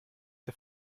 der